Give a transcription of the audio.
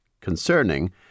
concerning